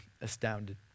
astounded